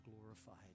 glorified